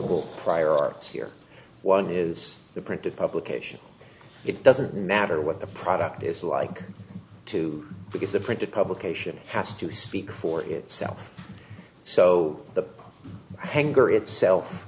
possible prior arts here one is the printed publication it doesn't matter what the product is like two because the printed publication has to speak for itself so the hangar itself